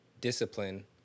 discipline